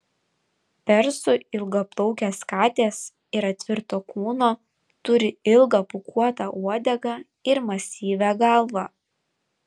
persų ilgaplaukės katės yra tvirto kūno turi ilgą pūkuotą uodegą ir masyvią galvą